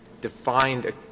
defined